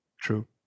True